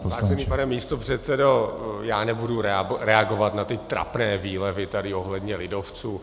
Vážený pane místopředsedo, já nebudu reagovat na ty trapné výhledy tady ohledně lidovců.